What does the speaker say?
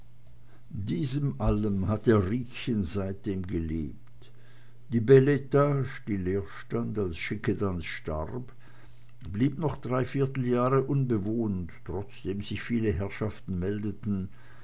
diesem allem hatte riekchen seitdem gelebt die beletage die leer stand als schickedanz starb blieb noch drei vierteljahre unbewohnt trotzdem sich viele herrschaften meldeten